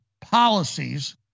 policies